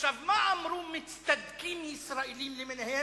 עכשיו, מה אמרו מצטדקים ישראלים למיניהם?